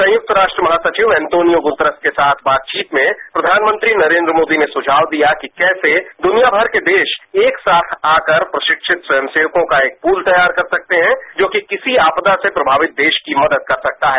संयुक्त राष्ट्र महासविव एंटोनियो गुतरेस के साथ बातचीत में प्रधानमंत्री नरेन्द्र मोदी ने सुझाव दिया कि कैसे दुनिया भर के देश एक साथ आकर प्रशिक्षित स्वयंत्रेकों का एक पूल तैयार कर सकते हैं जोकि किसी आपदा से प्रभावित देश की मदद कर सकता है